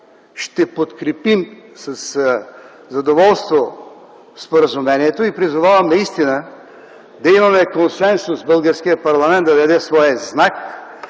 ще подкрепи със задоволство споразумението и призовавам наистина да имаме консенсус в българския парламент, да дадем своя знак,